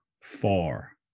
far